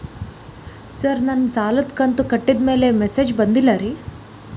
sir ನನ್ನ ಸಾಲದ ಕಂತು ಕಟ್ಟಿದಮೇಲೆ ಮೆಸೇಜ್ ಬಂದಿಲ್ಲ ರೇ